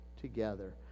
together